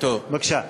בבקשה.